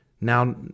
now